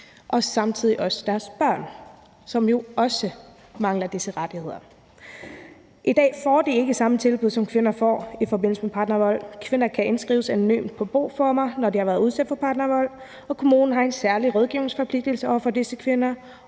samtidig også deres børn, som jo også mangler disse rettigheder. I dag får de ikke samme tilbud, som kvinder får i forbindelse med partnervold. Kvinder kan indskrives anonymt på boformer, når de har været udsat for partnervold, og kommunen har en særlig rådgivningsforpligtelse over for disse kvinder.